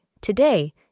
today